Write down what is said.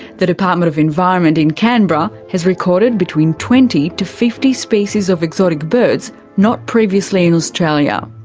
the department of environment in canberra has recorded between twenty to fifty species of exotic birds not previously in australia.